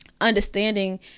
Understanding